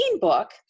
book